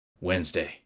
Wednesday